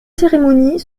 cérémonies